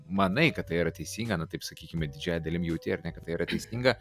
manai kad tai yra teisinga na taip sakykime didžiąja dalim jauti ar ne kad tai yra teisinga